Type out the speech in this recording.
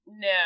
No